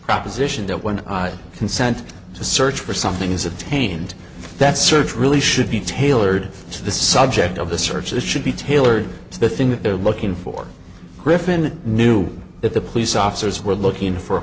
proposition that when i consent to search for something is obtained that search really should be tailored to the subject of a search that should be tailored to the thing that they're looking for griffin knew that the police officers were looking for a